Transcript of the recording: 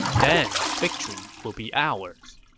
then victory would be ours.